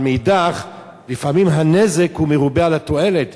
אבל מאידך גיסא לפעמים הנזק מרובה על התועלת,